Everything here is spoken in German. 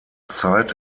zeit